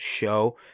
show